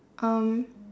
um